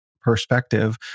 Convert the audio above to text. perspective